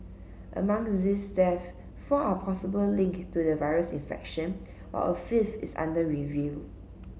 among these deaths four are possible linked to the virus infection while a fifth is under review